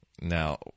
Now